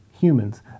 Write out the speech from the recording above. humans